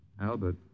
Albert